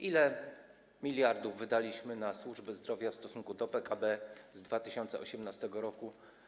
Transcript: Ile miliardów wydaliśmy na służbę zdrowia w stosunku do PKB z 2018 r.